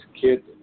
kid